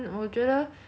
other than the